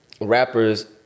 rappers